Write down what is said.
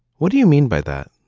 what do you mean by that?